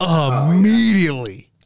immediately